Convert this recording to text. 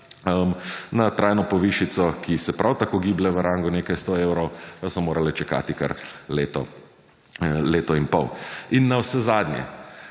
na trajno povišico, ki se prav tako giblje v nekaj 100 evrov sedaj so morale čakati leto in pol. Navsezadnje,